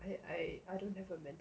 I I I don't have a mental